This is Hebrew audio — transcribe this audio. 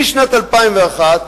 משנת 2001,